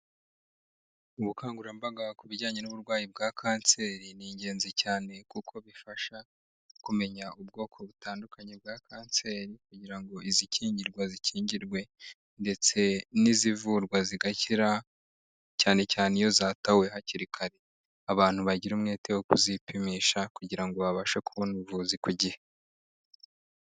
Ubukangurambaga ku bijyanye n'uburwayi bwa kanseri, ni ingenzi cyane kuko bifasha kumenya ubwoko butandukanye bwa kanseri kugira ngo izikingirwa zikingirwe ndetse n'izivurwa zigakira cyane cyane iyo zatawe hakiri kare, abantu bagira umwete wo kuzipimisha kugira ngo babashe kubona ubuvuzi ku gihe.